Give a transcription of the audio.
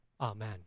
Amen